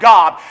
God